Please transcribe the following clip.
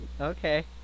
Okay